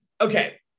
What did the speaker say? okay